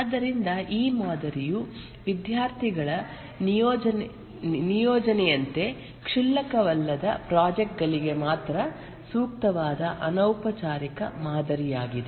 ಆದ್ದರಿಂದ ಈ ಮಾದರಿಯು ವಿದ್ಯಾರ್ಥಿಗಳ ನಿಯೋಜನೆಯಂತೆ ಕ್ಷುಲ್ಲಕವಾದ ಪ್ರಾಜೆಕ್ಟ್ ಗಳಿಗೆ ಮಾತ್ರ ಸೂಕ್ತವಾದ ಅನೌಪಚಾರಿಕ ಮಾದರಿಯಾಗಿದೆ